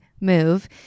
move